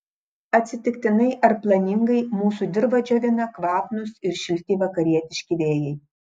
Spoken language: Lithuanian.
atsitiktinai ar planingai mūsų dirvą džiovina kvapnūs ir šilti vakarietiški vėjai